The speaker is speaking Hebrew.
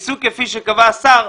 מסוג כפי שקבע השר,